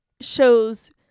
shows